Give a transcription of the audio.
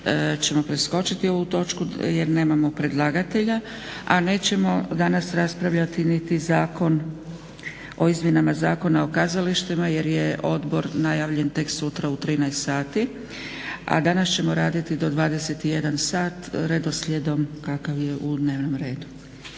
ćemo preskočiti ovu točku jer nemamo predlagatelja, a nećemo danas raspravljati niti Zakon o izmjenama Zakona o kazalištima jer je odbor najavljen tek sutra u 13,00 sati. A danas ćemo raditi do 21 sat redoslijedom kakav je u dnevnom redu.